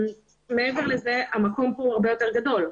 מעבר לזה המקום פה הוא הרבה יותר גדול,